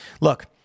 Look